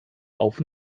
auf